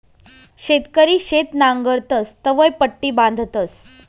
शेतकरी शेत नांगरतस तवंय पट्टी बांधतस